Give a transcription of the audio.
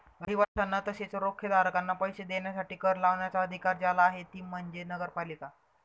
रहिवाशांना तसेच रोखेधारकांना पैसे देण्यासाठी कर लावण्याचा अधिकार ज्याला आहे ती म्हणजे नगरपालिका